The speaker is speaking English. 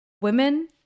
Women